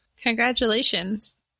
Congratulations